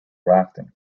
rafting